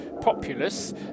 populous